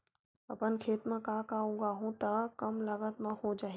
अपन खेत म का का उगांहु त कम लागत म हो जाही?